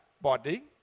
body